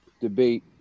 debate